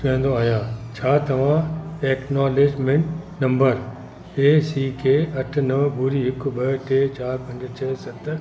चाहींदो आहियां छा तव्हां acknowledgement number A C K अठ नव ॿुड़ी हिकु ॿ टे चारि पंज छ सत